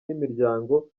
n’imiryango